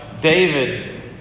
David